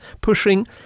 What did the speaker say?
pushing